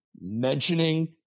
mentioning